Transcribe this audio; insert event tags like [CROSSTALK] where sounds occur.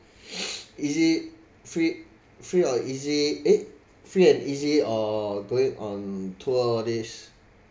[BREATH] easy free free or easy eh free and easy or going on tour this